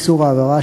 איסור העברה,